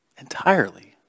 entirely